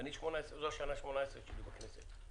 והוא מצער זו השנה ה-18 שלי בכנסת.